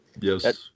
Yes